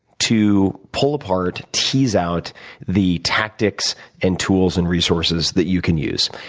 to pull apart, tease out the tactics, and tools, and resources that you can use.